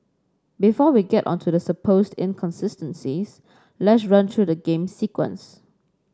before we get on to the supposed inconsistencies let's run through the game's sequence